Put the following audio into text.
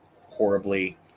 horribly